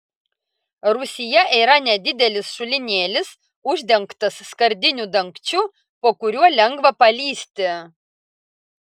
rūsyje yra nedidelis šulinėlis uždengtas skardiniu dangčiu po kuriuo lengva palįsti